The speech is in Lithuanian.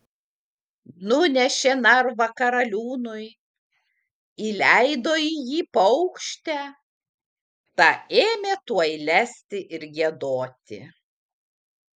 nunešė narvą karaliūnui įleido į jį paukštę ta ėmė tuoj lesti ir giedoti